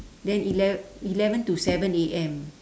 then ele~ eleven to seven A_M